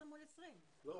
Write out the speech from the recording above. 15 מול 20. לא,